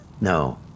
no